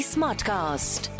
Smartcast